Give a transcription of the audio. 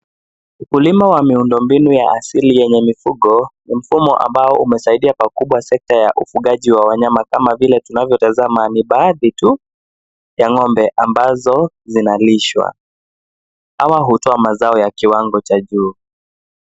Ukulima wa miundo mbinu ya asili yenye mifugo, ni mfumo ambao umesaidia wakubwa sekta ya ufugaji wa wanyama kama vile tunavyotazama ni baadhi tu ya ng'ombe ambazo zinalishwa ama hutoa mazao ya kiwango cha juu.